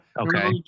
okay